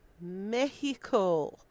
Mexico